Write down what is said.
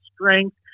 strength